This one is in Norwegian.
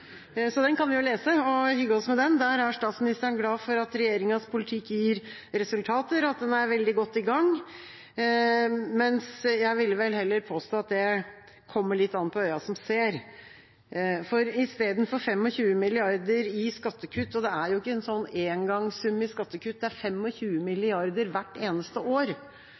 den kan vi jo lese, og hygge oss med den. Der er statsministeren glad for at regjeringas politikk gir resultater, og at en er veldig godt i gang. Jeg ville vel heller påstå at det kommer litt an på øynene som ser, for i stedet for 25 mrd. kr i skattekutt – og det er jo ikke en engangssum i skattekutt,